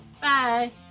Bye